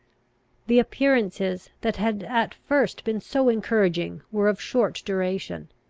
the appearances that had at first been so encouraging were of short duration.